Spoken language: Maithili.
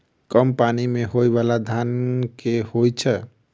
कम पानि मे होइ बाला धान केँ होइ छैय?